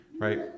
right